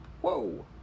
whoa